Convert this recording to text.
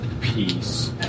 peace